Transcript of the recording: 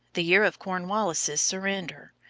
the year of cornwallis' surrender,